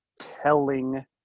telling